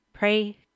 pray